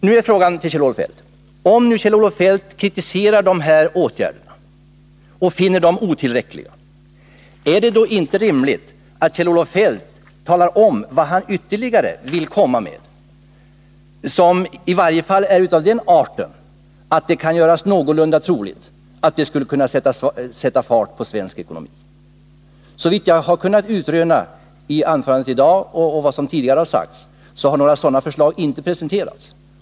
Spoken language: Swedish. Då är frågan till Kjell-Olof Feldt: Om Kjell-Olof Feldt kritiserar de här åtgärderna och finner dem otillräckliga, är det då inte rimligt att Kjell-Olof Feldt talar om vad han ytterligare vill komma med, som är av den arten att det kan göras i varje fall någorlunda troligt att det skulle sätta fart på svensk ekonomi? Såvitt jag har kunnat utröna av anförandet i dag och vad som sagts tidigare har några sådana förslag inte presenterats.